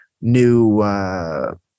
new